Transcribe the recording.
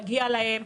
מגיע להם,